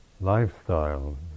lifestyle